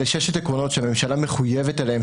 אלה שישה עקרונות שהממשלה מחויבת להם,